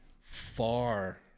far